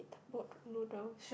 boat noodles